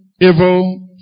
evil